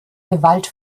gewalt